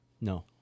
no